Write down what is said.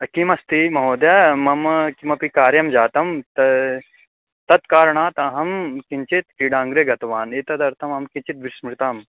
किमस्ति महोदय मम किमपि कार्यं जातं त् तत्कारणात् अहं किञ्चित् क्रीडाङ्गणे गतवान् एतदर्थम् अहं किञ्चित् विस्मृतम्